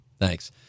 thanks